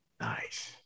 Nice